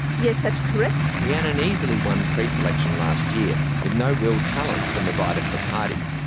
yes, that correct. rhiannon easily won preselection last year, with no real challenge from the right of the party.